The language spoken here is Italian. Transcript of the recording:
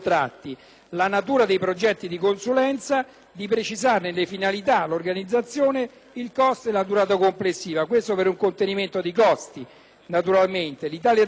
la natura dei progetti di consulenza e di precisarne le finalità, l'organizzazione, il costo e la durata complessiva. Questo per il contenimento dei costi. L'Italia dei Valori